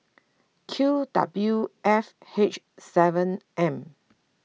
Q W F H seven M